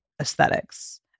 aesthetics